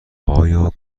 آیا